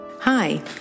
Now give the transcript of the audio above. Hi